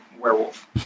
werewolf